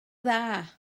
dda